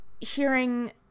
hearing